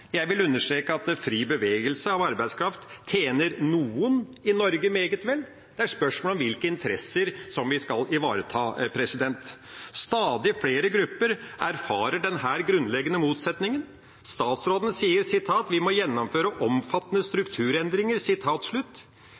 Jeg vil understreke at fri bevegelse av arbeidskraft tjener noen i Norge «meget vel». Det er spørsmål om hvilke interesser vi skal ivareta. Stadig flere grupper erfarer denne grunnleggende motsetninga. Statsråden sier «vi må gjennomføre omfattende strukturendringer».